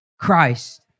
Christ